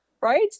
right